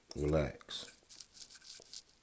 Relax